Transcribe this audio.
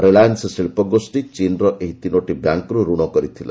ରିଲାଏନ୍ ଶିଳ୍ପଗୋଷ୍ଠୀ ଚୀନର ଏହି ତିନୋଟି ବ୍ୟାଙ୍କ୍ରୁ ଋଣ କରିଥିଲା